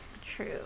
True